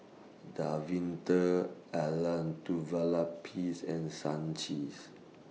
Davinder Elattuvalapil's and Sachin's